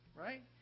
Right